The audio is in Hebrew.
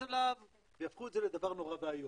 עליו ויהפכו את זה לדבר נורא ואיום.